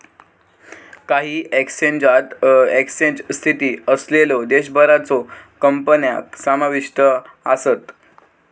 काही एक्सचेंजात एक्सचेंज स्थित असलेल्यो देशाबाहेरच्यो कंपन्या समाविष्ट आसत